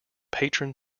patron